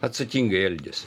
atsakingai elgiasi